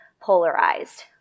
polarized